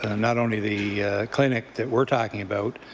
and not only the clinic that we're talking about,